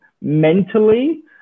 mentally